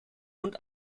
und